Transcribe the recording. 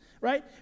right